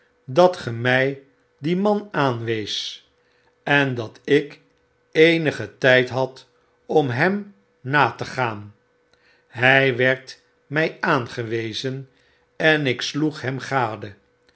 dat ge my dien man aanweest en dat ik eenigen tijd had om hem na te gaan hy werd my aangewezen en ik sloeg hem gade